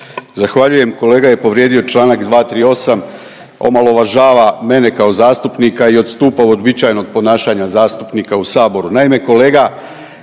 Zahvaljujem. Kolega je povrijedio čl. 238, omalovažava mene kao zastupnika i odstupa od uobičajenog ponašanja zastupnika u Saboru. Naime, kolega,